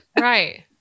Right